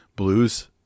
Blues